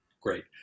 Great